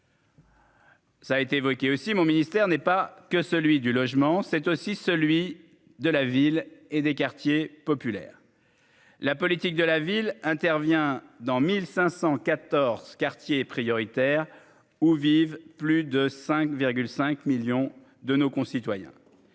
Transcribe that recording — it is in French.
ça a été évoqué aussi mon ministère n'est pas que celui du logement, c'est aussi celui de la ville et des quartiers populaires, la politique de la ville intervient dans 1514 quartiers prioritaires où vivent plus de 5 5 millions de nos concitoyens,